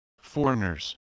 foreigners